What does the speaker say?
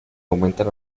aumentan